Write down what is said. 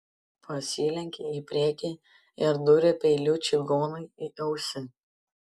pasilenkė į priekį ir dūrė peiliu čigonui į ausį